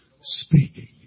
speaking